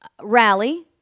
rally